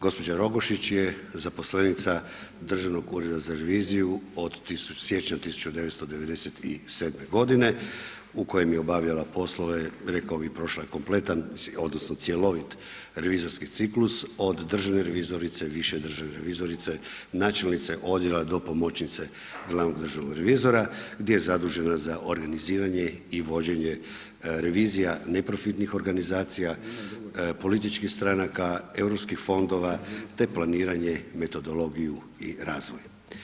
Gospođa Rogoiš je zaposlenica Državnog ureda za reviziju od siječnja 1997. godine u kojem je obavljala poslove, rekao bih prošla je kompletan, odnosno cjelovit revizorski ciklus od državne revizorice, više državne revizorice, načelnice odjela do pomoćnice glavnog državnog revizora gdje je zadužena za organiziranje i vođenje revizija neprofitnih organizacija, političkih stranaka, europskih fondova te planiranje, metodologiju i razvoj.